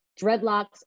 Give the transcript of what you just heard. dreadlocks